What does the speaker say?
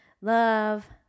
love